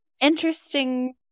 interesting